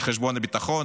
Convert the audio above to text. זה על חשבון הביטחון,